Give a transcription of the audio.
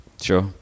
Sure